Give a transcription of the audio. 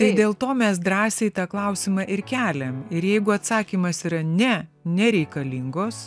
tai dėl to mes drąsiai tą klausimą ir keliam ir jeigu atsakymas yra ne nereikalingos